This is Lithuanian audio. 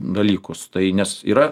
dalykus tai nes yra